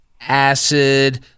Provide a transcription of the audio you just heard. acid